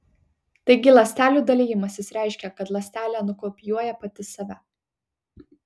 taigi ląstelių dalijimasis reiškia kad ląstelė nukopijuoja pati save